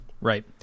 Right